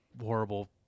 horrible